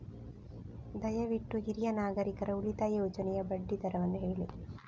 ದಯವಿಟ್ಟು ಹಿರಿಯ ನಾಗರಿಕರ ಉಳಿತಾಯ ಯೋಜನೆಯ ಬಡ್ಡಿ ದರವನ್ನು ಹೇಳಿ